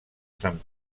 sant